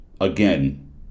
Again